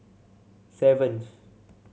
seventh